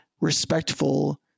respectful